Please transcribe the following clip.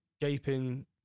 gaping